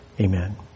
Amen